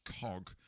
cog